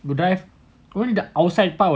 to drive outside part will